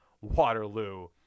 Waterloo